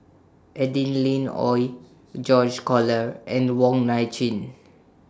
Adeline Ooi George Collyer and Wong Nai Chin